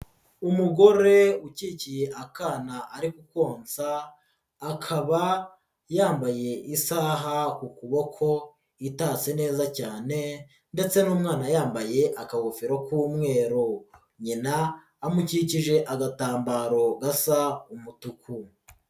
Umugore ukikiye akana ari kukonsa akaba yambaye isaha ku kuboko itashye neza cyane ndetse n'umwana yambaye akagofero k'umweru, nyina amukikije agatambaro gasa umutuku.